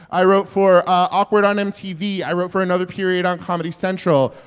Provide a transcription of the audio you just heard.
i wrote for awkward on mtv. i wrote for another period on comedy central.